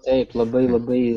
taip labai labai